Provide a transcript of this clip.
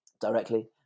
directly